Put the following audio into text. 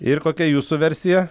ir kokia jūsų versija